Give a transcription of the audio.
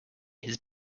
his